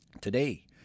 Today